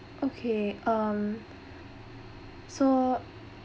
okay um so